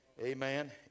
Amen